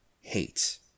hate